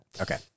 Okay